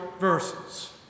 verses